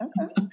Okay